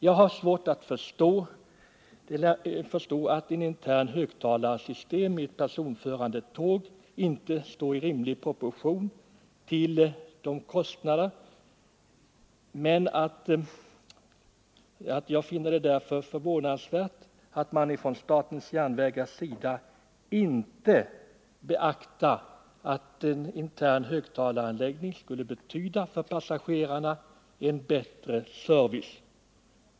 Jag har svårt att förstå att ett internt högtalarsystem i ett personförande tåg inte står i rimlig proportion till kostnaderna. Jag finner det därför förvånansvärt att man från statens järnvägars sida inte beaktar vad en intern högtalaranläggning skulle betyda för passagerarna, nämligen bättre service.